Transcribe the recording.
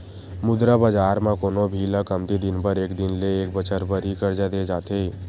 मुद्रा बजार म कोनो भी ल कमती दिन बर एक दिन ले एक बछर बर ही करजा देय जाथे